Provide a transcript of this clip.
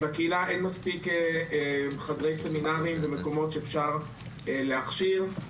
בקהילה אין מספיק חדרי סמינרים ומקומות שאפשר להכשיר בהם.